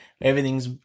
Everything's